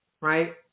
right